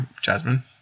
Jasmine